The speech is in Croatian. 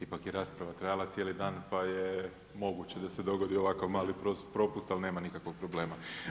Ipak je rasprava trajala cijeli dan pa je moguće da se dogodi ovakav mali propust, ali nema nikakvog problema.